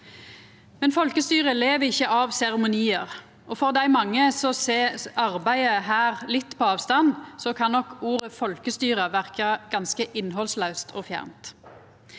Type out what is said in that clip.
Men folkestyret lever ikkje av seremoniar, og for dei mange som ser arbeidet her litt på avstand, kan nok ordet «folkestyre» verka ganske innhaldslaust og fjernt.